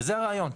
וזה הרעיון.